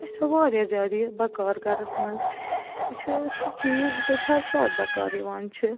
اَسہِ آو واریاہ زیادٕ یہِ بَکار گَرَس منٛز یہِ چھُ سُہ چیٖز یُس اَسہِ ہَر ساتہٕ بَکار یِوان چھُ